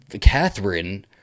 Catherine